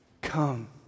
Come